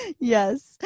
Yes